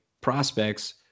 prospects